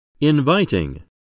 Inviting